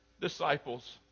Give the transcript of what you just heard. disciples